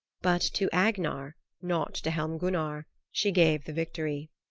but to agnar, not to helmgunnar, she gave the victory.